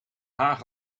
haag